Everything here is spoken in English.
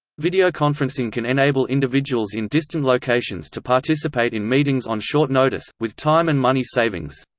videoconferencing can enable individuals in distant locations to participate in meetings on short notice, with time and money savings.